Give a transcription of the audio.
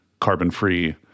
carbon-free